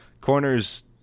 Corners